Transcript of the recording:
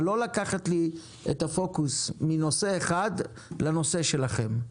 אבל לא לקחת לי את הפוקוס מנושא אחד לנושא שלכם.